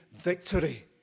victory